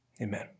Amen